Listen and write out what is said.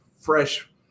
fresh